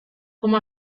como